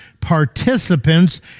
participants